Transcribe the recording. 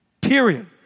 period